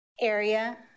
area